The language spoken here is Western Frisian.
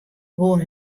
woe